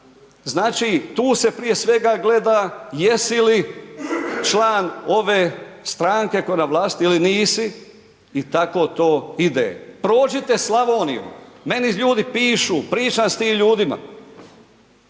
Znači tu se prije svega gleda jesi li član ove stranke koja je na vlasti ili nisi i tako to ide. Prođite Slavoniju, meni ljudi pišu, pričam s tim ljudima.